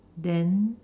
then